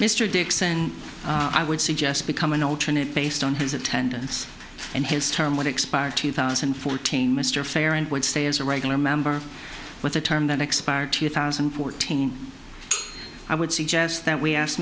mr dixon i would suggest become an alternate based on his attendance and his term would expire two thousand and fourteen mr farron would stay as a regular member with a term that expired two thousand and fourteen i would suggest that we asked